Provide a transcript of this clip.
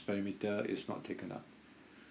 perimeter is not taken up